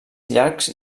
llacs